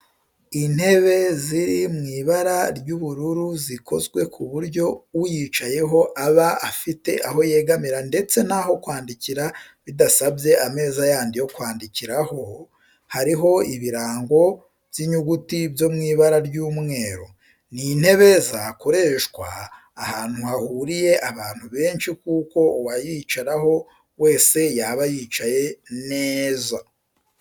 Intebe ziri mu ibara ry'ubururu zikozwe ku buryo uyicayeho aba afite aho yegamira ndetse n'aho kwandikira bidasabye ameza yandi yo kwandikiraho, hariho ibirango by'inyuguti byo mu ibara ry'umweru. Ni intebe zakoreshwa ahantu hahuriye abantu benshi kuko uwayicaraho wese yaba yicaye neza.